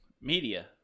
media